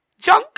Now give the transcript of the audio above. Junk